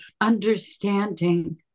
understanding